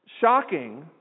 shocking